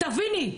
תביני.